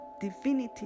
divinity